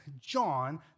John